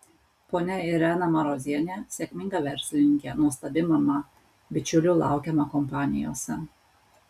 ponia irena marozienė sėkminga verslininkė nuostabi mama bičiulių laukiama kompanijose